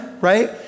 right